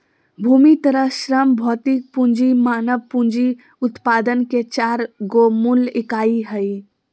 भूमि तथा श्रम भौतिक पूँजी मानव पूँजी उत्पादन के चार गो मूल इकाई हइ